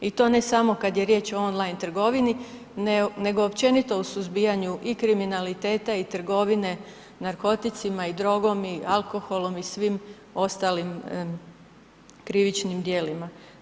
I to ne samo kad je riječ o on line trgovine nego općenito u suzbijanju i kriminaliteta i trgovine narkoticima i drogom i alkoholom i svim ostalim krivičnim djelima.